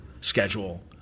schedule